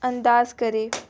انداز کرے